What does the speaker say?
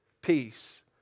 peace